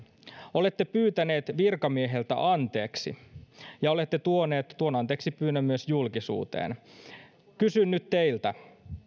olette pyytänyt virkamieheltä anteeksi ja olette tuonut tuon anteeksipyynnön myös julkisuuteen kysyn nyt teiltä